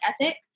ethic